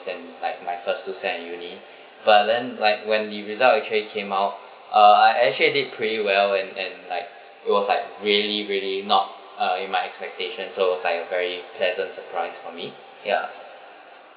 than like my first two sem in uni but then like when the result actually came out uh I I actually did pretty well and and like it was like really really not uh in my expectation so it was like a very pleasant surprise for me ya